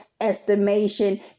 estimation